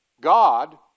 God